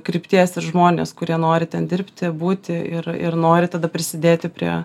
krypties ir žmones kurie nori ten dirbti būti ir ir nori tada prisidėti prie